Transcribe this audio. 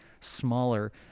smaller